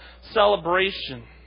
celebration